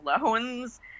loans